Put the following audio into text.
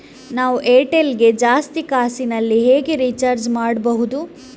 ನಾವು ಏರ್ಟೆಲ್ ಗೆ ಜಾಸ್ತಿ ಕಾಸಿನಲಿ ಹೇಗೆ ರಿಚಾರ್ಜ್ ಮಾಡ್ಬಾಹುದು?